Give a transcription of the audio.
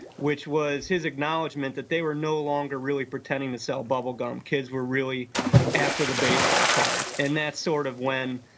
which was his acknowledgment that they were no longer really pretending to sell bubblegum, kids were really after the baseball cards and that sort of when,